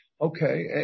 Okay